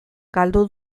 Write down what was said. galdu